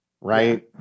right